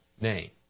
name